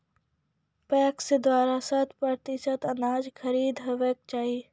PACS द्वारा शत प्रतिसत अनाज खरीद हेवाक चाही?